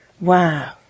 Wow